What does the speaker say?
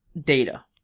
data